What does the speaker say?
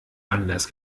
anders